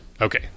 Okay